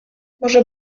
może